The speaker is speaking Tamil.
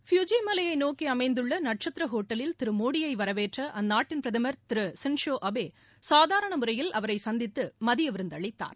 ஃபியூஜி மலையை நோக்கி அமைந்துள்ள நட்சத்திர ஹோட்டலில் திரு மோடியை வரவேற்ற அந்நாட்டின் பிரதமர் திரு ஷின்சோ அபே சாதாரண முறையில் அவரை சந்தித்து மதிய விருந்து அளித்தார்